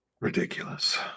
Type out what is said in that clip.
Ridiculous